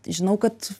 žinau kad